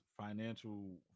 financial